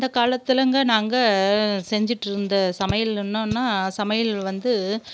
அந்த காலத்துலேங்க நாங்கள் செஞ்சுட்ருந்த சமயலுன்னுனா சமையல் வந்து